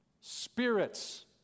spirits